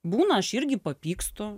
būna aš irgi papykstu